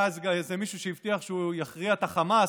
היה איזה מישהו שהבטיח שהוא יכריע את החמאס,